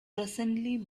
presently